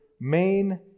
main